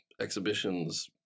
exhibitions